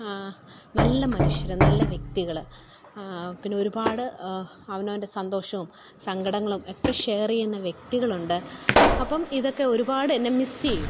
നല്ല മനുഷ്യർ നല്ല വ്യക്തികൾ പിന്നൊരുപാട് അവനവൻ്റെ സന്തോഷോം സങ്കടങ്ങളും ഒക്കെ ഷെയർ ചെയ്യുന്ന വ്യക്തികളുണ്ട് അപ്പം ഇതൊക്കെ ഒരുപാട് തന്നെ മിസ് ചെയ്യും